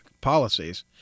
policies